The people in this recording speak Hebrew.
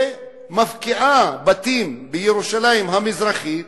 ומפקיעה בתים בירושלים המזרחית